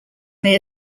may